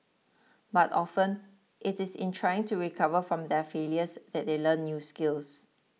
but often it is in trying to recover from their failures that they learn new skills